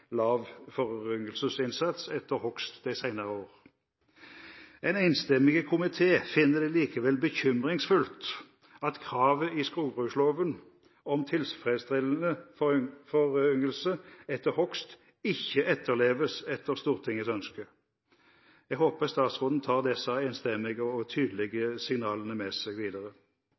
lav foryngelsesinnsats etter hogst de senere år. En enstemmig komité finner det likevel bekymringsfullt at kravet i skogbruksloven om tilfredsstillende foryngelse etter hogst ikke etterleves etter Stortingets ønske. Jeg håper statsråden tar disse enstemmige og tydelige signalene med seg videre.